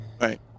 right